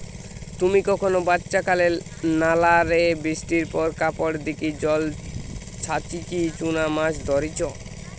তুমি কখনো বাচ্চাকালে নালা রে বৃষ্টির পর কাপড় দিকি জল ছাচিকি চুনা মাছ ধরিচ?